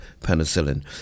penicillin